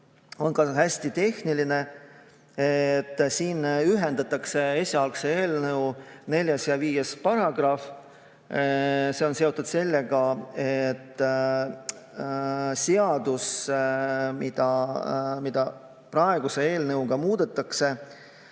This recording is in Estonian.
on ka hästi tehniline. Siin ühendatakse esialgse eelnõu neljas ja viies paragrahv. See on seotud sellega, et seadus, mida praeguse eelnõuga muudetakse,